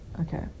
Okay